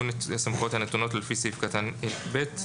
יהיו הסמכויות הנתונות לה לפי סעיף קטן (ב)